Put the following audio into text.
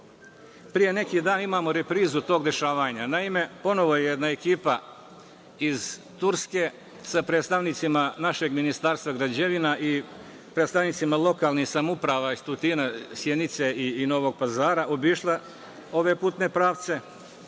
Pre neki dan imamo reprizu tog dešavanja. Naime, ponovo je jedna ekipa iz Turske, sa predstavnicima našem Ministarstva građevinarstva i predstavnicima lokalnih samouprava iz Tutina, Sjenice i Novog Pazara obišla ove putne pravce